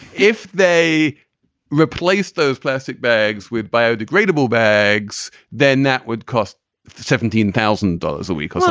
if they replace those plastic bags with biodegradable bags, then that would cost seventeen thousand dollars a week ah so